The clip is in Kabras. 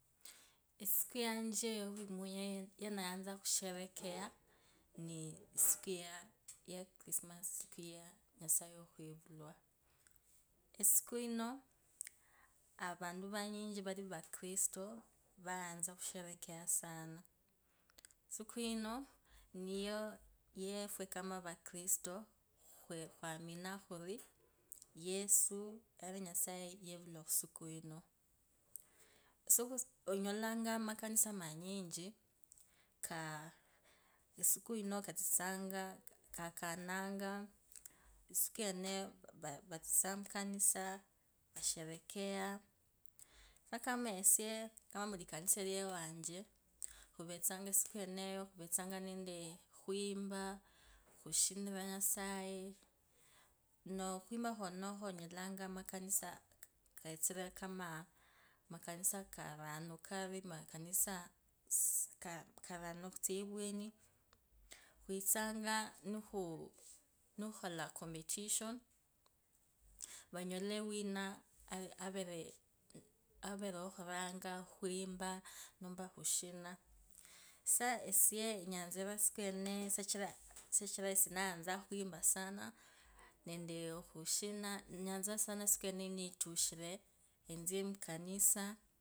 Isiku yanje, yandayatsa khusherekea ni isiku yaya chrismasi isiku ya nyasaye khwilvulwa isiku ino avantu vanyichi vali vakiristo vayanza khusherekea sana. Isiku ino avantu vosi vari vakiristo khwamina khuri yesu nali nyasaye yevulwa isiku ino, isiku,, onyalanga makanisa manyichi kaa. Isiku ine katsitsanga kakanonga isiku ino vatsitsanga mukanisa, vasharekea, khokama esie, kama mukanisa yewache. Khuvetsa isiku yeneyo khuvetsanga nendeee, kwimba khushiniru nyasaye, nokhwimba khonokho unyalango amakanisa ketsiee. Kama karano kari, makanisa sii. Karano khutsia ivyeni vanyole wina avere mukhuranga khwimba nomba khushina, sa- esie eyatsa isiku yeneyo sichira ndayatsa khwimba nende khushina enyatsanga sana isikueneyo niyitushire etsie mukanisa.